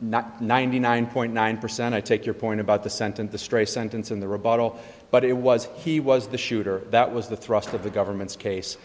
not ninety nine point nine percent i take your point about the sentence the stray sentence in the rebuttal but it was he was the shooter that was the thrust of the government's case